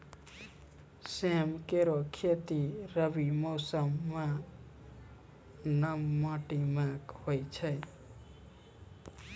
सेम केरो खेती रबी मौसम म नम माटी में होय छै